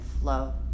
flow